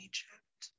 Egypt